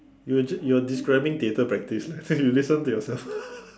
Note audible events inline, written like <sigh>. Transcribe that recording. you were you were describing theatre practice leh <laughs> you listen to yourself <laughs>